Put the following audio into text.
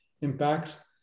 impacts